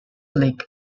lake